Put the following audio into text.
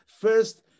first